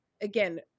again